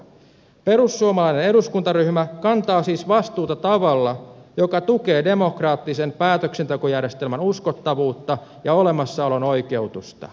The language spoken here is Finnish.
perussuomalainen eduskuntaryhmä kantaa siis vastuuta tavalla joka tukee demokraattisen päätöksentekojärjestelmän uskottavuutta ja olemassaolon oikeutusta